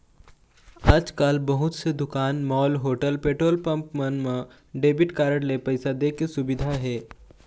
आजकाल बहुत से दुकान, मॉल, होटल, पेट्रोल पंप मन म डेबिट कारड ले पइसा दे के सुबिधा हे